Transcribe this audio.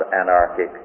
anarchic